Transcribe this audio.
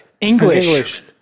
English